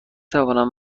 توانم